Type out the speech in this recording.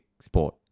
sport